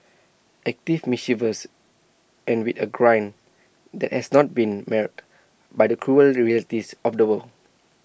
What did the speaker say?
active mischievous and with A grin that has not been marred by the cruel realities of the world